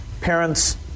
parents